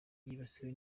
yibasiwe